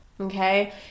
okay